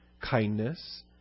kindness